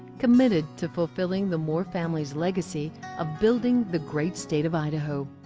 committed to fulfilling the moore family's legacy of building the great state of idaho.